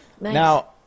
Now